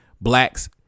blacks